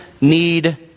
need